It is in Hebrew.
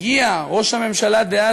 הגיע ראש הממשלה דאז,